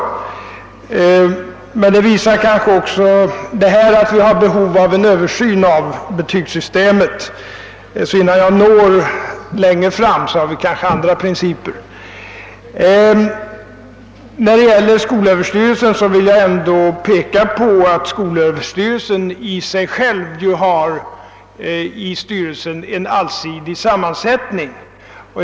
Emellertid kan det också visa att det finns behov av en Översyn av betygssystemet. Innan jag når längre tillämpar vi kanske andra principer. Vad skolöverstyrelsen beträffar vill jag peka på att den i sig själv har en allsidig sammansättning.